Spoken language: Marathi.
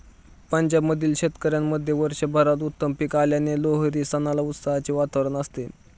पंजाब मधील शेतकऱ्यांमध्ये वर्षभरात उत्तम पीक आल्याने लोहरी सणाला उत्साहाचे वातावरण असते